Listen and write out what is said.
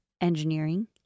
engineering